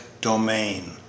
domain